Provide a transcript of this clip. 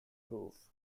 roof